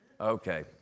Okay